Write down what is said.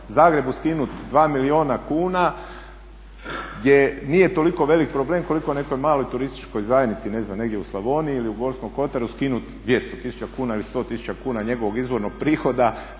Zagrebu skinut 2 milijuna kuna gdje nije toliko velik problem, koliko u nekoj maloj turističkoj zajednici ne znam negdje u Slavoniji ili u Gorskom kotaru skinuti 200000 kuna ili 100000 kuna njegovog izvornog prihoda